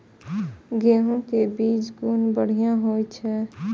गैहू कै बीज कुन बढ़िया होय छै?